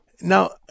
Now